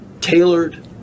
tailored